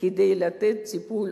כדי לתת טיפול,